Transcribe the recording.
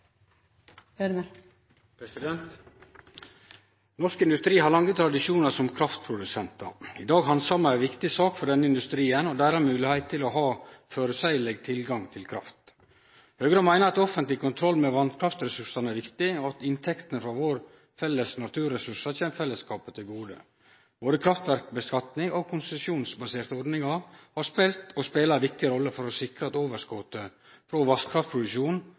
Norsk industri har lange tradisjonar som kraftprodusentar. I dag handsamar vi ei viktig sak for denne industrien og deira moglegheit til å ha føreseieleg tilgang til kraft. Høgre meiner at offentleg kontroll med vasskraftressursane er viktig, og at inntektene frå våre felles naturressursar kjem fellesskapet til gode. Både kraftverksskattlegging og konsesjonsbaserte ordningar har spelt og spelar ei viktig rolle for å sikre at overskotet frå vasskraftproduksjon